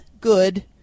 good